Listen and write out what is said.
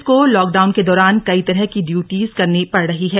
police को lockdown के दौरान कई तरह की ड़यूटीज़ करनी पड़ रही है